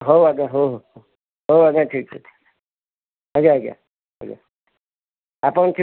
ହଉ ଆଜ୍ଞା ହଉ ହଉ ହଉ ଆଜ୍ଞା ଠିକ୍ ଅଛି ଆଜ୍ଞା ଆଜ୍ଞା ଆଜ୍ଞା ଆପଣ